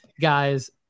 guys